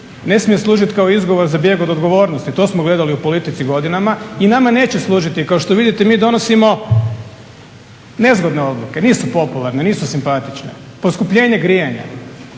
ne smije služit kao izgovor za bijeg od odgovornosti, to smo gledali u politici godinama i nama neće služiti. Kao što vidite mi donosimo nezgodne odluke, nisu popularne, nisu simpatične. Poskupljenje grijanja,